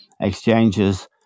exchanges